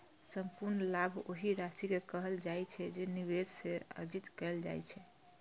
संपूर्ण लाभ ओहि राशि कें कहल जाइ छै, जे निवेश सं अर्जित कैल जाइ छै